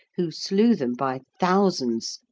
who slew them by thousands,